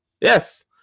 Yes